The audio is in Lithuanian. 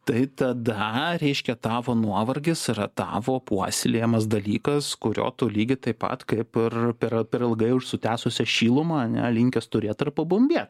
tai tada reiškia tavo nuovargis yra tavo puoselėjamas dalykas kurio tu lygiai taip pat kaip ir per per ilgai užsutęsusią šilumą ane linkęs turėt ir pabumbėt